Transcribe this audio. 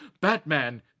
Batman